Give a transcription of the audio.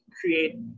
create